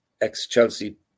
Ex-Chelsea